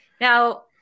Now